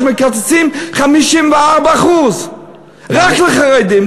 שמקצצים 54%; רק לחרדים,